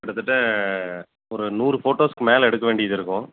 கிட்டத்தட்ட ஒரு நூறு ஃபோட்டோஸ்க்கு மேலே எடுக்க வேண்டியது இருக்கும்